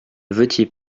votiez